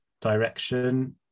direction